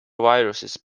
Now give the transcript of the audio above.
viruses